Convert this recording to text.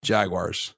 Jaguars